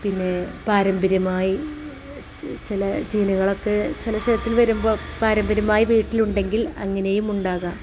പിന്നെ പാരമ്പര്യമായി ചില ജീനുകൾ ഒക്കെ ചില ശരിത്തിൽ വരുമ്പോൾ പാരമ്പര്യമായി വീട്ടിൽ ഉണ്ടെങ്കിൽ അങ്ങനെയും ഉണ്ടാകാം